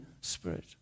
Spirit